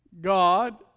God